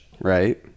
right